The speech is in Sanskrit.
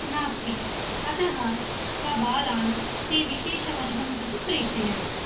नास्ति अतः स्वबालान् ते विशेषवर्गं प्रति प्रेषयन्ति